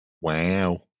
Wow